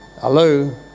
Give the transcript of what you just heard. Hello